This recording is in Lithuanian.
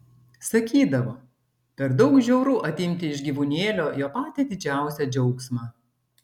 sakydavo per daug žiauru atimti iš gyvūnėlio jo patį didžiausią džiaugsmą